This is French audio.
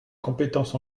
compétences